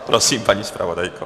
Prosím, paní zpravodajko.